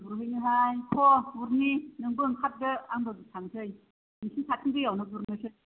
गुरहैनोहाय थ' गुरनि नोंबो ओंखारदो आंबो थांसै नोंसिनि खाथिनि दैयावनो गुरनोसै